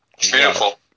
Beautiful